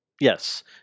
yes